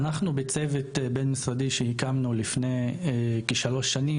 אנחנו בצוות בין משרדי שהקמנו לפני כשלוש שנים,